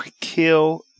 Kill